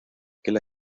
aquel